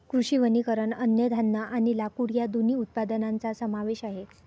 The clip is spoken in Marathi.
कृषी वनीकरण अन्नधान्य आणि लाकूड या दोन्ही उत्पादनांचा समावेश आहे